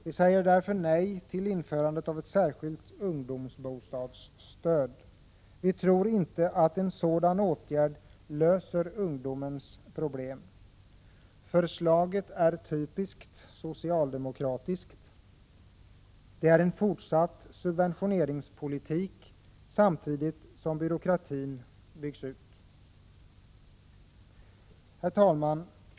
Vi säger därför nej till införandet av ett särskilt ungdomsbostadsstöd. Vi tror inte att en sådan åtgärd löser ungdomens problem. Förslaget är typiskt socialdemokratiskt. Det är en fortsatt subventioneringspolitik. Samtidigt byggs byråkratin ut. Herr talman!